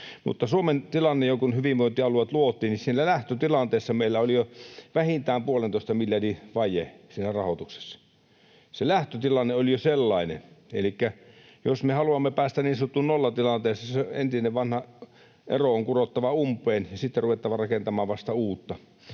Suomen lähtötilanteessa, kun hyvinvointialueet luotiin, meillä oli vähintään puolentoista miljardin vaje rahoituksessa. Jo se lähtötilanne oli sellainen. Elikkä jos me haluamme päästä niin sanottuun nollatilanteeseen, se entinen, vanha ero on kurottava umpeen ja sitten vasta on ruvettava rakentamaan uutta.